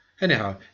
Anyhow